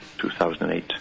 2008